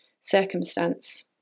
circumstance